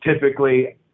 typically